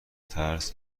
ترس